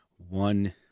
One